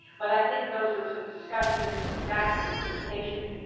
but i think those are some discussions back to the communication.